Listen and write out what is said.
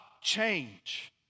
change